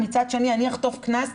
מצד שני אני אחטוף קנס.